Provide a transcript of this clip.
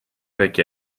avec